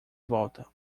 volta